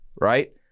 right